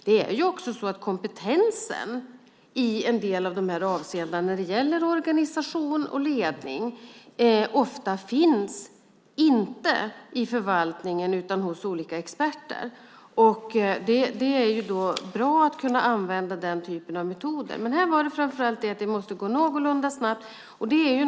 Det är också så att kompetensen när det gäller organisation och ledning oftast inte finns i förvaltningen utan hos olika experter. Det är då bra att kunna använda den här typen av metoder. Men här var det framför allt för att det måste gå någorlunda snabbt.